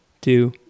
two